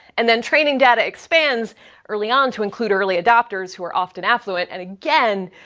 and then, training data expands early on to include early adopters who are often affluent, and again,